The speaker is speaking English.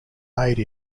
made